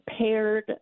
paired